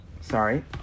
Sorry